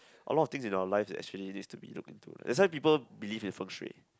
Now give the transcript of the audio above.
a lot of things in our life that actually needs to be looked into that's why people believe in Feng Shui